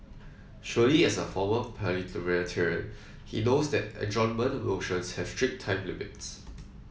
surely as a former parliamentarian he knows that adjournment motions have strict time limits